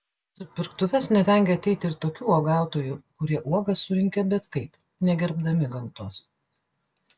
į supirktuves nevengia ateiti ir tokių uogautojų kurie uogas surinkę bet kaip negerbdami gamtos